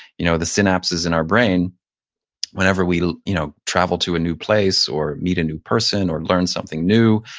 you know the synapses in our brain whenever we you know travel to a new place, or meet a new person, or learn something new,